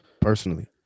personally